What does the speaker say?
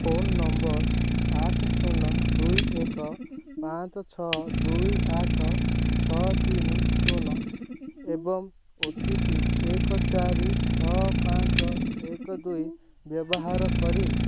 phone ନମ୍ବର ଆଠ ଶୂନ ଦୁଇ ଏକ ପାଞ୍ଚ ଛଅ ଦୁଇ ଆଠ ଛଅ ତିନି ଶୂନ ଏବଂ ଓ ଟି ପି ଏକ ଚାରି ଛଅ ପାଞ୍ଚ ଏକ ଦୁଇ ବ୍ୟବହାର କରି